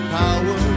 power